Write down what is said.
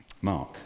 Mark